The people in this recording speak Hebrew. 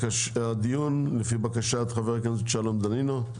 הדיון נערך לפי בקשת חבר הכנסת שלום דנינו.